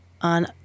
on